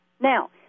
Now